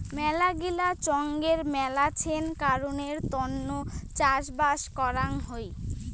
মেলাগিলা চঙের মেলাছেন কারণের তন্ন চাষবাস করাং হই